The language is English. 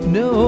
no